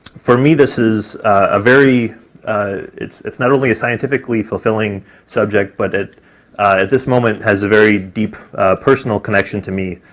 for me this is a very it's, it's not only a scientifically fulfilling subject, but at at this moment has a very deep personal connection to me.